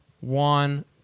one